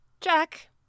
Jack